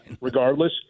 regardless